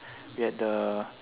we had the